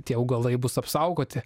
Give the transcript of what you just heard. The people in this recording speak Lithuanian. tie augalai bus apsaugoti